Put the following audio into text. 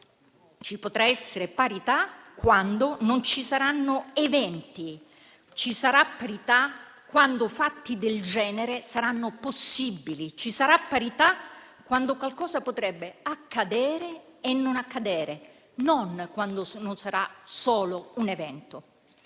ci potrà essere parità quando non ci saranno eventi; ci sarà parità quando fatti del genere saranno possibili; ci sarà parità quando qualcosa potrebbe accadere e non accadere, quando non sarà solo un evento.